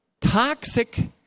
Toxic